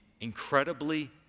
incredibly